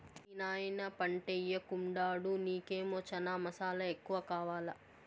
మీ నాయన పంటయ్యెకుండాడు నీకేమో చనా మసాలా ఎక్కువ కావాలా